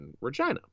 regina